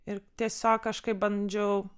ir tiesiog kažkaip bandžiau